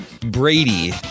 Brady